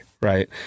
Right